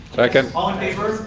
second. all in favor?